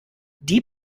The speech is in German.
die